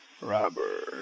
Robert